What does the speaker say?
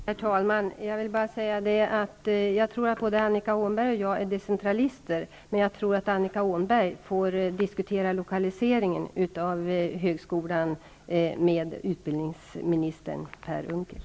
Herr talman! Jag tror att både Annika Åhnberg och jag är decentralister. Men jag tycker att Annika Åhnberg skall diskutera lokaliseringen av högskolan med utbildningsminister Per Unckel.